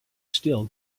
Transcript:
still